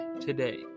today